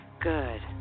Good